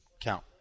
count